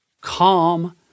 calm